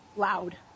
Loud